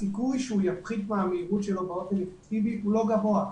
הסיכוי שהוא יפחית מהמהירות שלו באופן אינטנסיבי הוא לא גבוה,